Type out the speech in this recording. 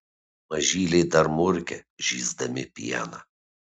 mažyliai dar murkia žįsdami pieną